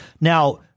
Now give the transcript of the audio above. Now